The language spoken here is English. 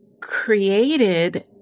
created